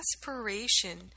aspiration